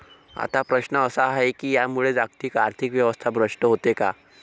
आता प्रश्न असा आहे की यामुळे जागतिक आर्थिक व्यवस्था भ्रष्ट होते का?